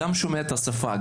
גם שומע את השפה.